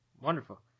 Wonderful